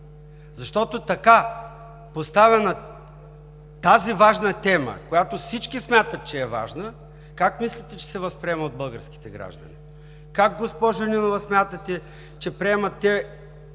Защото така поставена тази важна тема, която всички смятат, че е важна, как мислите, че се възприема от българските граждани? Как, госпожо Нинова, смятате, че приемат те